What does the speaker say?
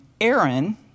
Aaron